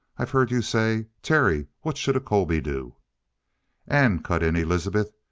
i've heard you say terry, what should a colby do and, cut in elizabeth,